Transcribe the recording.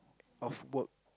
of work